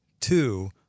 Two